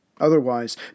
Otherwise